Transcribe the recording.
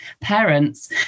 parents